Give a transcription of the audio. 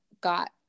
got